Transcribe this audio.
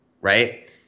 right